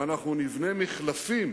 ואנחנו נבנה מחלפים